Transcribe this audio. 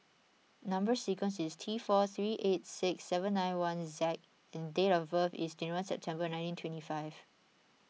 Number Sequence is T four three eight six seven nine one Z and date of birth is twenty one September nineteen twenty five